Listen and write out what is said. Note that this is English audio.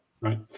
Right